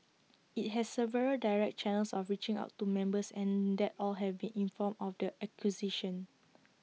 IT has several direct channels of reaching out to members and that all have been informed of the acquisition